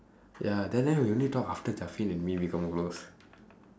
ya then then we only talk after and me become close